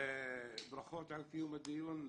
ברכות על קיום הדיון.